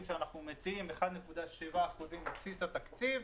שאנחנו מציעים: 1.7% מבסיס התקציב.